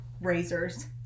razors